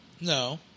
No